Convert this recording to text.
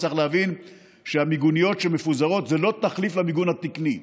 צריך להבין שהמיגוניות המפוזרות הן לא תחליף למיגון התקני.